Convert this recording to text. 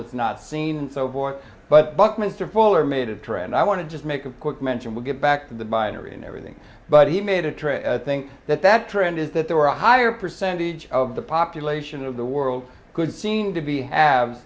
it's not seen so far but buckminster fuller made a trend i want to just make a quick mention we'll get back to the binary and everything but he made a trip think that that trend is that there are a higher percentage of the population of the world could seem to be have